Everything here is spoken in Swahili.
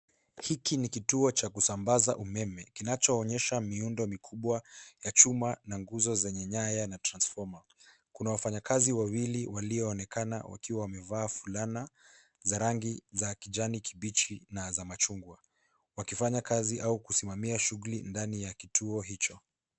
Hiki ni kituo cha kusambaza umeme kinachosha miundo mikubwa ya chuma na nguzo zenye nyaya na transfoma, kuna wafanyakazi wawili walioonekana wakiwa wamevaa fulana za rangi za kijani kibichi na za machungwa wakifanya kazi au kusimamia shughuli ndani ya kituo hicho.